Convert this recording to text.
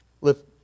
Lift